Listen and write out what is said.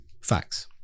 facts